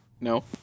No